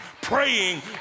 praying